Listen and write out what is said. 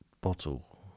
Bottle